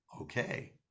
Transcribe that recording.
Okay